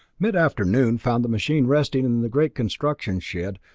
mid-afternoon found the machine resting in the great construction shed,